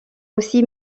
aussi